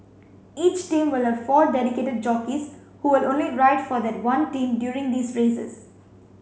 each team will have four dedicated jockeys who will only ride for that one team during these races